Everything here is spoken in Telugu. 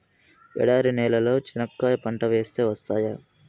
ఎడారి నేలలో చెనక్కాయ పంట వేస్తే వస్తాయా?